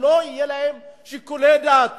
שלא יהיו להם שיקולי דעת